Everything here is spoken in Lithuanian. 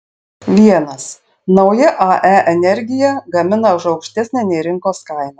vienas nauja ae energiją gamina už aukštesnę nei rinkos kaina